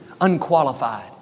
unqualified